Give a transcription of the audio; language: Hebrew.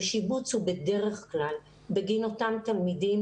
ושיבוץ הוא בדרך כלל בגין אותם תלמידים